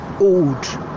old